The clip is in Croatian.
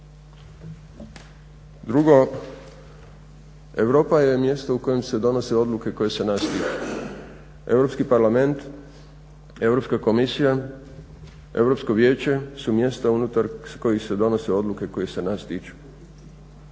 Drugo, Europa je mjesto u kojem se donose odluke koje se nas tiču. Europski parlament, Europska komisija, Europsko vijeće su mjesta unutar kojih se donose odluke koje se nas tiču.